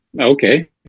Okay